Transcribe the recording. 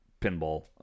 pinball